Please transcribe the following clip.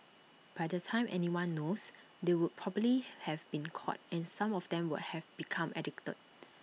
by the time anyone knows they would probably have been caught and some of them would have become addicted